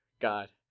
God